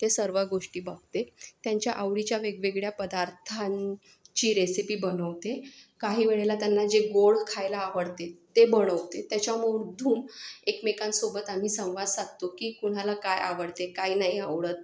ते सर्व गोष्टी बघते त्यांच्या आवडीच्या वेगवेगळ्या पदार्थांची रेसिपी बनवते काही वेळेला त्यांना जे गोड खायला आवडते ते बनवते त्याच्यामधून एकमेकांसोबत आम्ही संवाद साधतो की कुणाला काय आवडते काय नाही आवडत